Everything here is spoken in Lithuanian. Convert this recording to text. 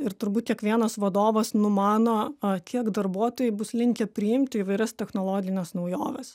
ir turbūt kiekvienas vadovas numano kiek darbuotojai bus linkę priimti įvairias technologines naujoves